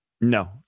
no